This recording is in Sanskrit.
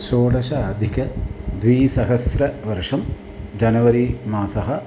षोडशाधिकद्विसहस्रवर्षं जनवरी मासः